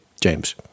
James